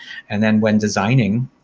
and then when designing,